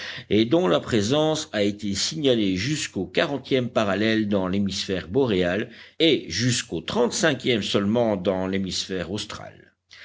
et dont la présence a été signalée jusqu'au quarantième parallèle dans l'hémisphère boréal et jusqu'au trente-cinquième seulement dans l'hémisphère austral